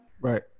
Right